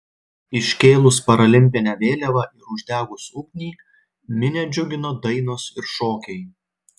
iškėlus paralimpinę vėliavą ir uždegus ugnį minią džiugino dainos ir šokiai